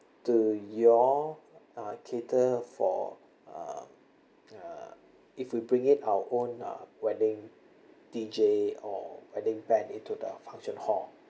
do you all uh cater for uh uh if we bring in our own uh wedding deejay or wedding band into the function hall